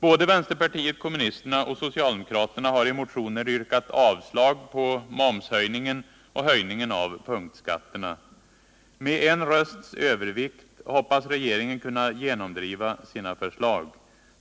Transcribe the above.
Både vänsterpartiet kommunisterna och socialdemokraterna har i motioner yrkat avslag på förslagen om momshöjning och höjningen av punktskatterna. Med en rösts övervikt hoppas regeringen kunna genomdriva sina förslag,